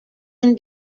can